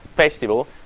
festival